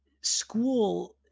school